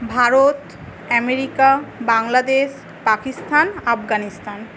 Bharat America Bangladesh Pakistan Afghanistan